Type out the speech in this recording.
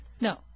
No